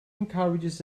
encourages